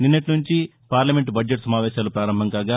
నిన్నటి నుంచి parliament budget సమావేశాలు పారంభం కాగా